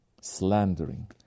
slandering